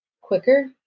quicker